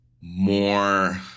more